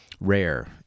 rare